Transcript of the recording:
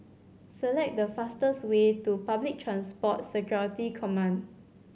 select the fastest way to Public Transport Security Command